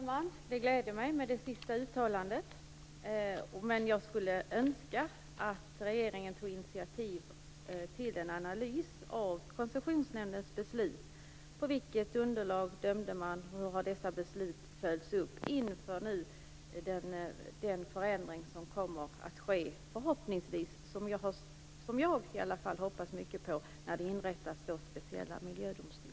Herr talman! Det sista uttalandet gläder mig. Jag skulle dock önska att regeringen, inför den förändring som skall ske, tog initiativ till en analys av Koncessionsnämndens beslut - på vilket underlag dömde man och hur har besluten följts upp. Jag hoppas mycket på den förändring som skall ske, att man inrättar speciella miljödomstolar.